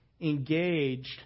engaged